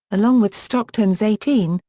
along with stockton's eighteen,